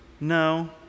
no